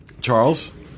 Charles